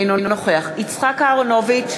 אינו נוכח יצחק אהרונוביץ,